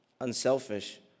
unselfish